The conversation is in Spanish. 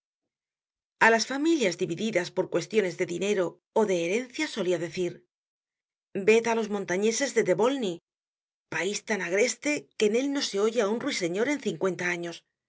a las familias divididas por cuestiones de dinero ó de herencia solia decir ved á los montañeses de devolny pais tan agreste que en él no se oye á un ruiseñor en cincuenta años